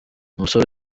umusore